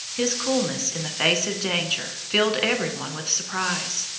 his coolness in the face of danger filled every one with surprise.